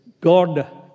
God